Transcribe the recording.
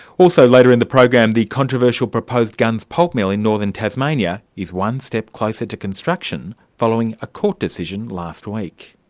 also, later in the program, the controversial proposed gunns pulp mill in northern tasmania is one step closer to construction, following a court decision last week.